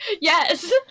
Yes